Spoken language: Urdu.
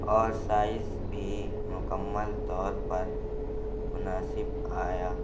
اور سائز بھی مکمل طور پر مناسب آیا